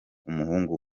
umuhungu